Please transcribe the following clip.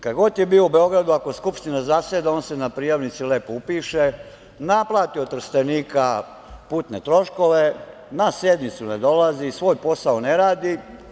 Kad god je bio u Beogradu, ako Skupština zaseda, on se na prijavnici lepo upiše, naplati od Trstenika putne troškove, na sednicu ne dolazi, svoj posao ne radi.